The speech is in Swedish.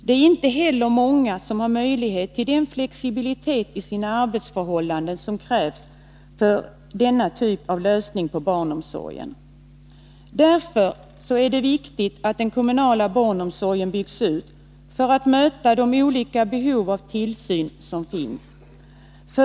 Det är inte heller många som har möjlighet till den flexibilitet i sina arbetsförhållanden som krävs för denna typ av lösning när det gäller barnomsorgen. Därför är det viktigt att den kommunala barnomsorgen byggs ut för att möta de olika behov av tillsyn som finns.